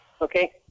Okay